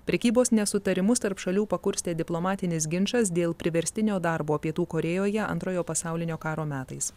prekybos nesutarimus tarp šalių pakurstė diplomatinis ginčas dėl priverstinio darbo pietų korėjoje antrojo pasaulinio karo metais